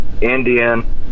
Indian